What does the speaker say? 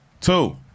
Two